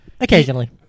Occasionally